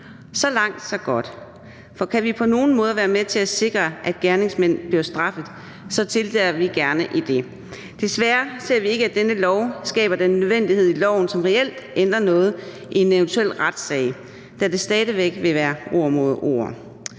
Så langt, så godt. For kan vi på nogen måder være med til at sikre, at gerningsmænd bliver straffet, så deltager vi gerne i det. Desværre ser vi ikke, at denne lov skaber den nødvendighed i loven, som reelt ændrer noget i en eventuel retssag, da det stadig væk vil være ord mod ord.